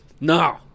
No